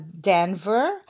Denver